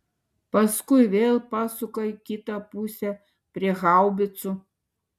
paskui vėl pasuka į kitą pusę prie haubicų